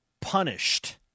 punished